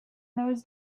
those